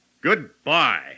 Goodbye